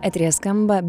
eteryje skamba